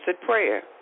prayer